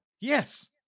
yes